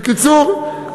בקיצור,